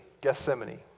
Gethsemane